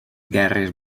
guerres